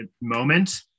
moment